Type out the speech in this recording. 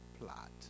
plot